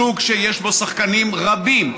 שוק שיש בו שחקנים רבים,